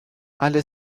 alle